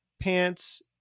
pants